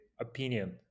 opinion